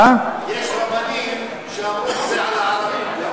יש רבנים שאמרו את זה על הערבים.